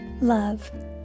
love